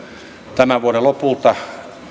tämän vuoden lopulta